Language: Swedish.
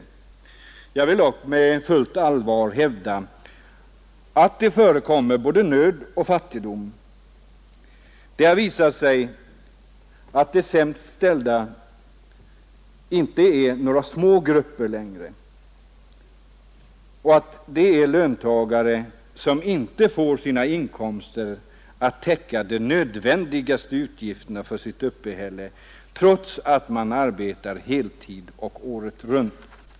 Jag vill dock med fullt allvar hävda att det förekommer både nöd och fattigdom. Det har visat sig att de sämst ställda inte är några små grupper längre — det är stora grupper av löntagare som inte får sina inkomster att täcka de nödvändigaste utgifterna för sitt uppehälle, trots att de arbetar heltid och året runt.